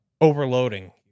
overloading